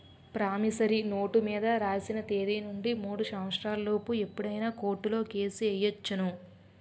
promissory note మీద రాసిన తేదీ నుండి మూడు సంవత్సరాల లోపు ఎప్పుడైనా కోర్టులో కేసు ఎయ్యొచ్చును